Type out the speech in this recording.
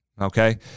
Okay